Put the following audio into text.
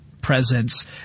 presence